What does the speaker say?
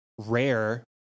rare